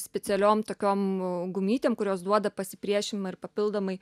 specialiom tokiom gumytėm kurios duoda pasipriešinimą ir papildomai